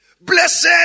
Blessed